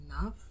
enough